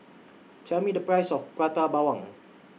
Tell Me The Price of Prata Bawang